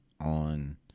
on